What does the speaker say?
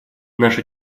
наша